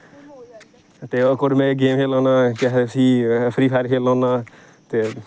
ते इक और में गेम खेलना होन्ना केह् आखदे उसी फ्री फायर खेलना होन्ना ते